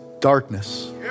darkness